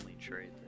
trade